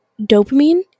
dopamine